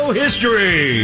history